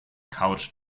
couch